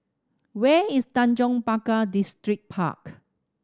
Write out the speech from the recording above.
where is Tanjong Pagar Distripark